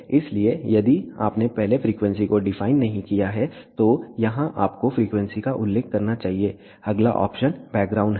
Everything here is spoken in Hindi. इसलिए यदि आपने पहले फ्रीक्वेंसी को डिफाइन नहीं किया है तो यहां आपको फ्रीक्वेंसी का उल्लेख करना चाहिए अगला ऑप्शन बैकग्राउंड है